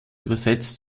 übersetzt